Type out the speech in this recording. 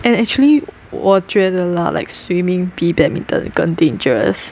and actually 我觉得 lah like swimming 比 badminton 更 dangerous